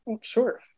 Sure